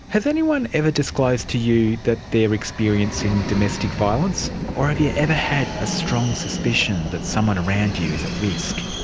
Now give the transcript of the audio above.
has anyone ever disclosed to you that they're experiencing domestic violence? or have you ever had a strong suspicion that someone around you is at risk?